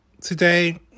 Today